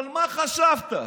מה חשבת,